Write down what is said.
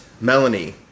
Melanie